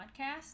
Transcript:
podcast